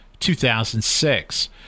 2006